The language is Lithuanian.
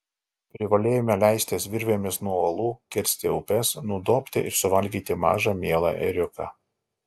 privalėjome leistis virvėmis nuo uolų kirsti upes nudobti ir suvalgyti mažą mielą ėriuką